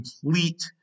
complete